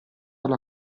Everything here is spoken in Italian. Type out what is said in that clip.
alla